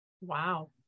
Wow